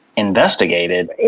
Investigated